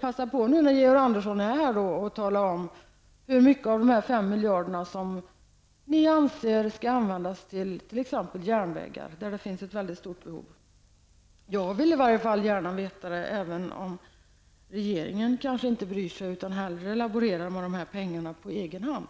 Passa på att tala om, när Georg Andersson är här, hur mycket av de 5 miljarder kronorna ni anser skall användas för t.ex. järnvägarna! Där är behoven stora. Jag vill gärna veta, även om regeringen kanske inte bryr sig utan hellre laborerar med pengarna på egen hand.